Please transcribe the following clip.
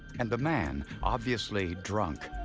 and a man, obviously drunk,